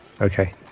Okay